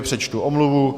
Přečtu omluvu.